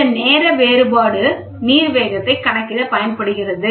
இந்த நேர வேறுபாடு நீர் வேகத்தை கணக்கிட பயன்படுத்தப்படுகிறது